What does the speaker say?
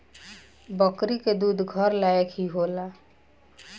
बकरी के दूध घर लायक ही होला